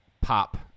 pop